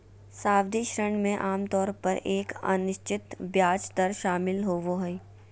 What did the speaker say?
सावधि ऋण में आमतौर पर एक अनिश्चित ब्याज दर शामिल होबो हइ